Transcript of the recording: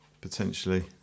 potentially